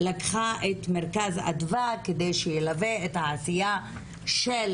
לקחה את מרכז אדווה כדי שילווה את העשייה של